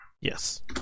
Yes